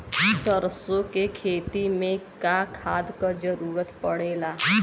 सरसो के खेती में का खाद क जरूरत पड़ेला?